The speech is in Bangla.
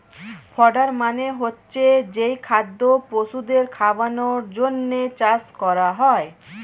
ফডার মানে হচ্ছে যেই খাদ্য পশুদের খাওয়ানোর জন্যে চাষ করা হয়